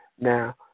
Now